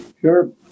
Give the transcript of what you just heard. Sure